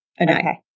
Okay